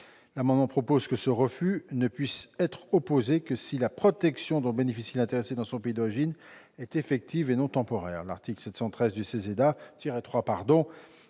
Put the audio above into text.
l'amendement proposent que ce refus ne puisse être opposé que si la protection dont bénéficie l'intéressé dans son pays d'origine est effective et non temporaire.